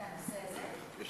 בנושא הזה?